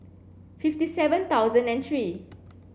fifty seven thousand and three